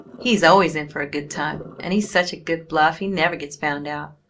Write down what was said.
he's always in for a good time, and he's such a good bluff he never gets found out.